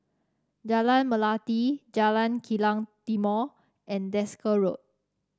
Jalan Melati Jalan Kilang Timor and Desker Road